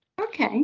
Okay